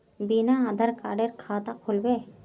बिना आधार कार्डेर खाता खुल बे?